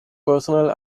personal